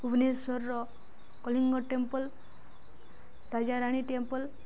Bhubaneswar Kalinga temple Rajarani temple